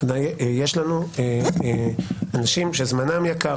יש לנו אנשים שזמנם יקר,